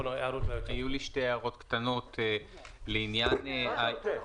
היו לי שתי הערות קטנות לעניין ------ מה אתה רוצה?